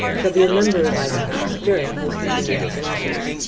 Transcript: shall be a member of either house during his continuance in office.